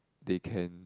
they can